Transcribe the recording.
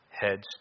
Heads